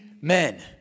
men